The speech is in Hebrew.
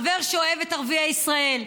חבר שאוהב את ערביי ישראל,